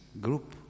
group